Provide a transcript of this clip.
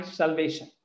salvation